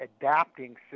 adapting